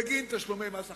בגין תשלומי מס הכנסה,